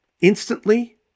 instantly